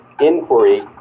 inquiry